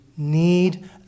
need